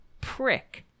prick